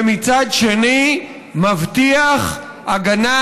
ומצד שני מבטיח הגנה